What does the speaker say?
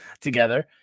together